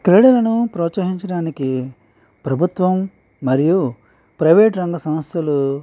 క్రీడలను ప్రోత్సహించడానికి ప్రభుత్వం మరియు ప్రైవేట్ రంగ సంస్థలు